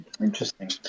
interesting